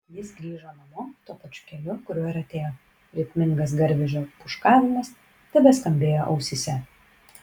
jis grįžo namo tuo pačiu keliu kuriuo ir atėjo ritmingas garvežio pūškavimas tebeskambėjo ausyse